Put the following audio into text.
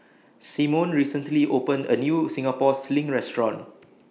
Simone recently opened A New Singapore Sling Restaurant